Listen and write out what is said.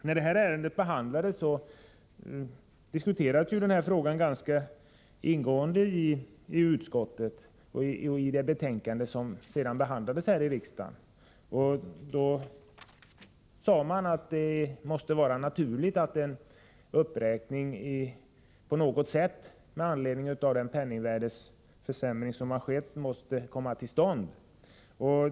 När detta ärende bereddes diskuterades denna fråga ganska ingående i utskottet och i det betänkande som senare behandlades här i riksdagen. Då sade man att en uppräkning på något sätt, med anledning av den penningvärdesförsämring som skett, måste vara naturlig.